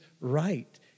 right